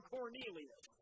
Cornelius